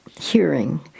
hearing